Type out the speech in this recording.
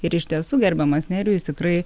ir iš tiesų gerbiamas nerijus tikrai